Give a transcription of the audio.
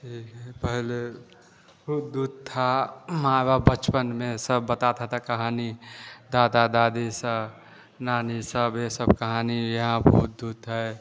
ठीक है पहले वह जो था हमारा बचपन में सब बताते थे कहानी दादा दादी सा नानी सब यह सब कहानी यहाँ भूत ऊत है